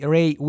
Ray